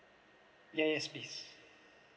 yes yes please